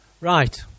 Right